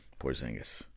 Porzingis